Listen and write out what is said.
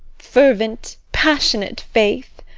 fervent, passionate faith.